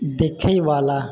देखएवला